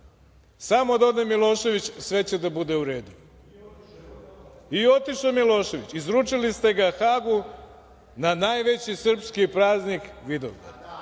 samo da ode Milošević, sve će da bude u redu, i otišao Milošević, izručili ste ga Hagu, na najveći srpski praznik Vidovdan